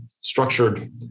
structured